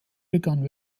begann